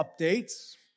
updates